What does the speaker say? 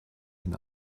ihn